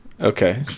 Okay